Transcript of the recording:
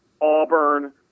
Auburn